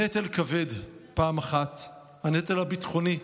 הנטל כבד, פעם אחת הנטל הביטחוני,